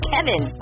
Kevin